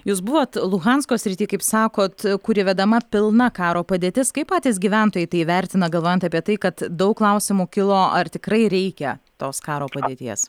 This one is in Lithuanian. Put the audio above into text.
jūs buvot luhansko srity kaip sakot kur įvedama pilna karo padėtis kaip patys gyventojai tai vertina galvojant apie tai kad daug klausimų kilo ar tikrai reikia tos karo padėties